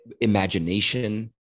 imagination